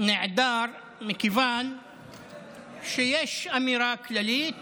נעדר מכיוון שיש אמירה כללית